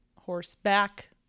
horseback